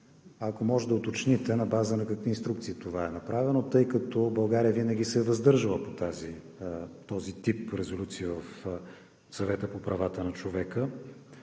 Ако може, да уточните: на базата на какви инструкции това е направено, тъй като България винаги се е въздържала по този тип резолюции в Съвета по правата на човека